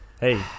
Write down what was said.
Hey